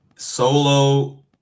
Solo